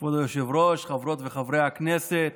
כבוד היושב-ראש, חברות וחברי הכנסת,